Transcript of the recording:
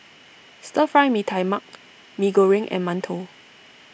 Stir Fry Mee Tai Mak Mee Goreng and Mantou